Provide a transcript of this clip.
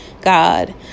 God